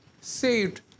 Saved